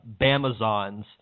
Bamazons